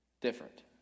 different